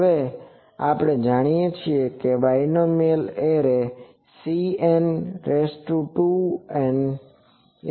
હવે આપણે જાણીએ છીએ કે બાઇનોમિયલ એરે Cn2NC2N n2N છે